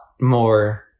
more